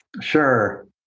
sure